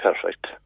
perfect